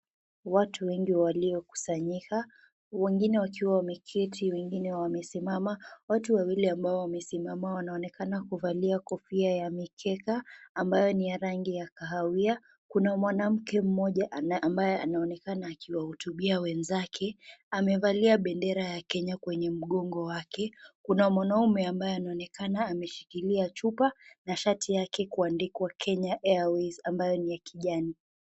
Watu wengi waliokusanyika wengine wakiwa wameketi wengine wakiwa wamesimama watu wawili ambao wamesimama wanaonekana kuvalia kofia ya mikeka ambayo ni ya rangi ya kahawia. Kuna mwanamke mmoja ambaye anaonekana akiwahutubia wenzake. Amevalia bendera ya kenya kwenye mgongo wake, kuna mwanamume anaonekana ameshikiliachupa na shati yake kuandikwa kenya airways ambayo ni ya kijani.